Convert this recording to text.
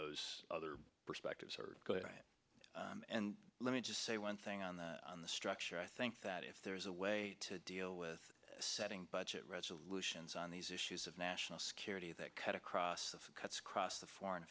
those other perspectives are right and let me just say one thing on that on the structure i think that if there is a way to deal with setting budget resolutions on these issues of national security that cut across the cuts across the foreign